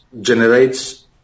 generates